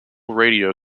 radio